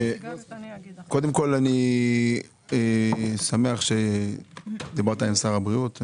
קודם כל, אני שמח שדיברת עם שר הבריאות.